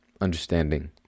understanding